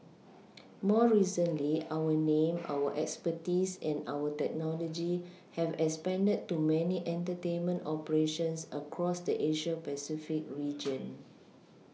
more recently our name our expertise and our technology have expanded to many entertainment operations across the Asia Pacific region